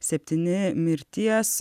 septyni mirties